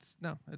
No